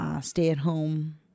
stay-at-home